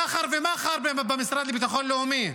סחר-מכר במשרד לביטחון לאומי.